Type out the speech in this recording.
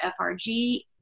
frg